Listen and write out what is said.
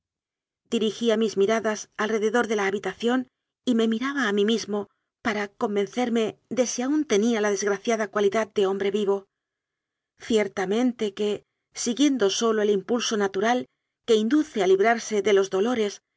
dirigía mis miradas alrededor de la habitación y me miraba a mí mismo para convencerme de si aún tenía la desgraciada cuali dad de hombre vivo ciertamente que siguiendo sólo el impulso natural que induce a librarse de los dolores